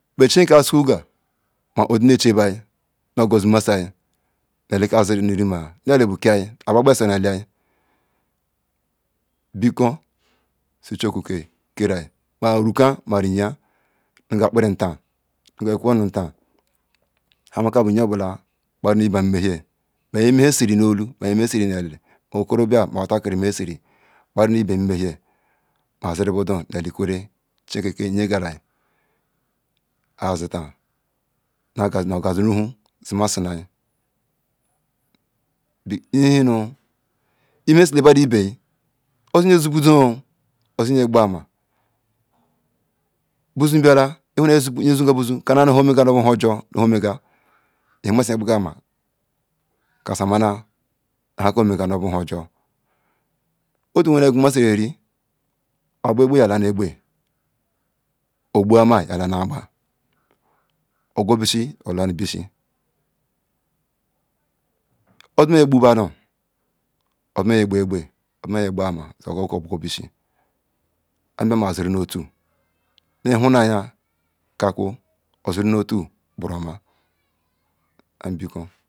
bet chineke ka isogu gal oye zinu eche bal nu guzi massal nue li ka azinurima nu eli bu teai aba kpa esoi nu elia bikon so chioki ke ral ma ranka mari yin nugal aporim tan nkolin tan kbanu essiri nmehil ma yem messiral nu eli kban runal mehal okoribia ma watakiri messiri kban na mmehal ma siri buelo nu eli ikwerre chukike yingarai azi tan maker ogazi ihinnu imehasila bada iben ozi yin zon buzou ozi yatiba ama buzon biala iwhuna yin zon ga buzon cannal nu than omegal no honjor hon megal thumasila yin gbaga ama kanu massal nu nhon megal bo iri ari okpa egbe ya la nu okba nua ogubi si ya la nu bisi ozi ye gbo badu ozuma yen gba ekba ozima yin kba ma so kobo ghubisi amemaziri nutul than na yin ka kwu oziri nu otu buroma anu biko.